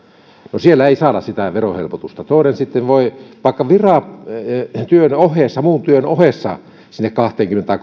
no siellä ei saada sitä verohelpotusta toinen voi sitten vaikka viran tai muun työn ohessa sinne kahteenkymmeneentuhanteen tai